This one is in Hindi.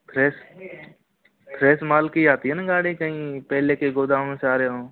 फ्रेस फ्रेस माल की आती है ना गाड़ी कहीं पहले के गोदामों से आ रहे हो